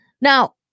Now